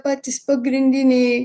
patys pagrindiniai